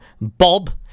bob